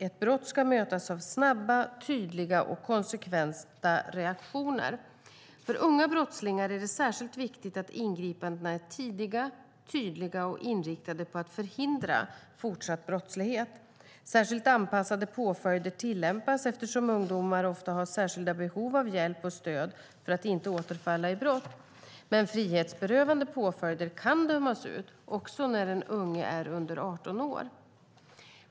Ett brott ska mötas av snabba, tydliga och konsekventa reaktioner. För unga brottslingar är det särskilt viktigt att ingripandena är tidiga, tydliga och inriktade på att förhindra fortsatt brottslighet. Särskilt anpassade påföljder tillämpas eftersom ungdomar ofta har särskilda behov av hjälp och stöd för att inte återfalla i brott. Men frihetsberövande påföljder kan dömas ut också när den unge är under 18 år.